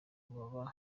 baba